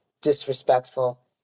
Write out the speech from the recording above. disrespectful